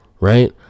right